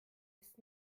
ist